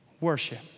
worship